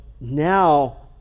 now